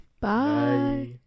Bye